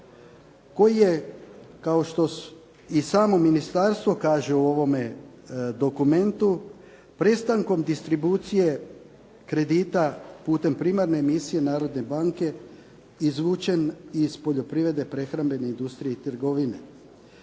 koji je kao što i samo ministarstvo kaže u ovome dokumentu, prestankom distribucije kredita putem primarne misije Narodne banke izvučen iz poljoprivrede prehrambene industrije i trgovine.